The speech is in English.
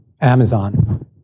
Amazon